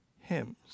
hymns